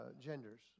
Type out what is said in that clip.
genders